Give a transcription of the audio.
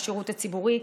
בשירות הציבורי,